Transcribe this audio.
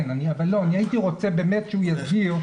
לא, אבל הייתי רוצה באמת שהוא יסביר.